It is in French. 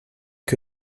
que